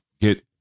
get